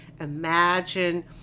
imagine